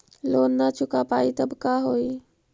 Loan न चुका पाई तब का होई?